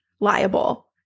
liable